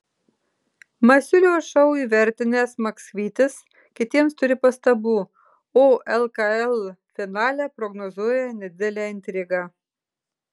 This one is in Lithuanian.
masiulio šou įvertinęs maksvytis kitiems turi pastabų o lkl finale prognozuoja nedidelę intrigą